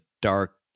dark